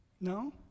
No